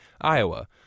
Iowa